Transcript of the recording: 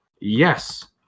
yes